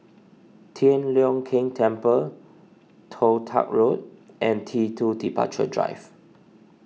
Tian Leong Keng Temple Toh Tuck Road and T two Departure Drive